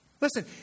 Listen